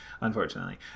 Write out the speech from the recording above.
unfortunately